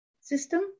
system